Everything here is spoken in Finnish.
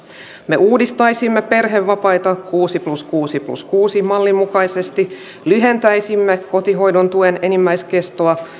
me uudistaisimme perhevapaita kuusi plus kuusi plus kuusi mallin mukaisesti lyhentäisimme kotihoidon tuen enimmäiskestoa